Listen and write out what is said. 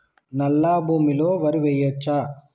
నల్లా భూమి లో వరి వేయచ్చా?